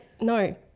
no